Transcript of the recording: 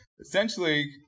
essentially